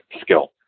skill